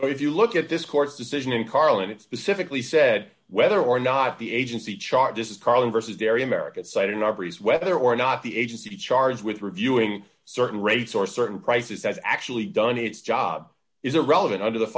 so if you look at this court's decision in carlin it specifically said whether or not the agency charge this is carlin versus very american site an arborist whether or not the agency charged with reviewing certain rates or certain prices has actually done its job is irrelevant under the